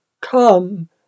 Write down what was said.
come